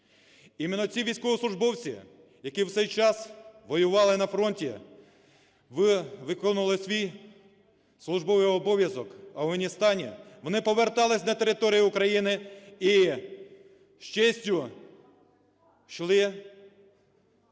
Іменно ці військовослужбовці, які в цей час воювали на фронті, виконували свій службовий обов'язок в Афганістані, вони повертались на територію України і з честю йшли воювати